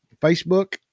Facebook